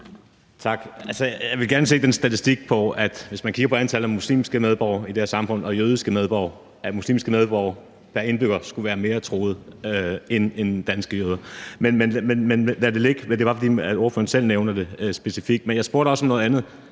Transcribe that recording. Tak. Jeg vil gerne se den statistik, der, hvis man kigger på antallet af muslimske medborgere og jødiske medborgere i det her samfund, siger, at muslimske medborgere pr. indbygger skulle være mere truede end danske jøder. Men lad det nu ligge; det er bare, fordi ordføreren selv nævner det specifikt. Jeg spurgte også om noget andet: